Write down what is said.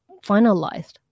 finalized